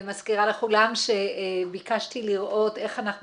מזכירה לכולם שביקשתי לראות איך אנחנו